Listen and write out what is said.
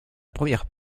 première